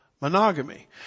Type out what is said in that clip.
monogamy